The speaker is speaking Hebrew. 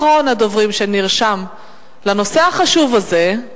אחרון הדוברים שנרשם לנושא החשוב הזה,